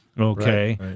okay